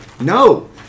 No